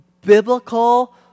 biblical